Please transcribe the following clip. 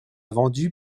vendu